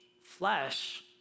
flesh